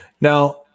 now